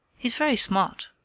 he's very smart.